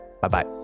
Bye-bye